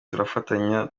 turafatanya